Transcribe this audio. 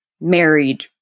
married